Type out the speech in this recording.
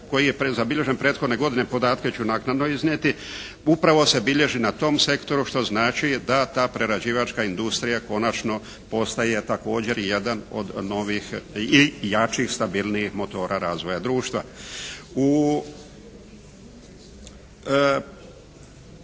koji je zabilježen prethodne godine, podatke ću naknadno iznijeti, upravo se bilježi na tom sektoru što znači da ta prerađivačka industrija konačno postaje također jedan od novih i jačih, stabilnijih motora razvoja društva. U